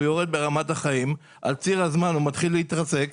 הוא יורד ברמת החיים ועל ציר הזמן הוא מתחיל להתרסק,